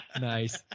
Nice